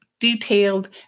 detailed